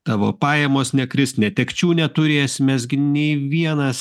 tavo pajamos nekris netekčių neturėsi mes gi nei vienas